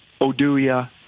Oduya